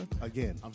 Again